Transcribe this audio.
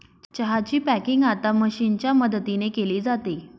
चहा ची पॅकिंग आता मशीनच्या मदतीने केली जाते